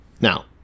Now